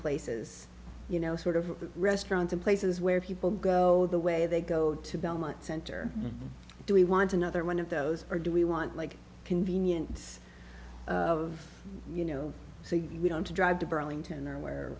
places you know sort of restaurants in places where people go the way they go to belmont center do we want another one of those or do we want like convenience of you know so we don't to drive to burlington there where